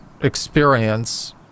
experience